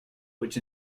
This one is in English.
which